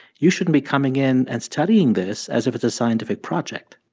you shouldn't be coming in and studying this as if it's a scientific project